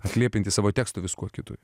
atliepianti savo teksto viskuo kitu